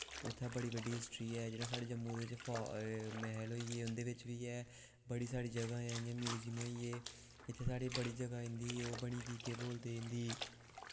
उत्थें बड़ी बड्डी हिस्टरी ऐ जेह्ड़े साढ़े जम्मू दे बिच्च फा एह् मैह्ल होई गे उंदे बिच्च बी ऐ बड़ी सारी जगह् ऐं जियां म्युजियम होई गे इत्थें साढ़े बड़ी जगह् आई जंदी ओह् बनी दी केह् बोलदे इं'दी